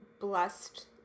blessed